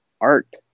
art